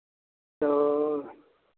तो